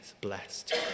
blessed